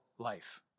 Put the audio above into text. life